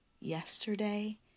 yesterday